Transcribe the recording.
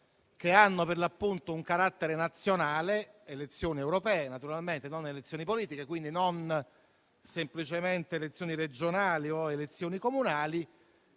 che hanno un carattere nazionale (elezioni europee naturalmente, non elezioni politiche, quindi non semplicemente elezioni regionali o comunali),